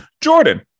Jordan